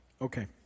Okay